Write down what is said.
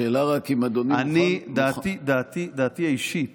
השאלה רק אם אדוני מוכן --- דעתי האישית